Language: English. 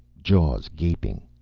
jaws gaping.